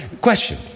question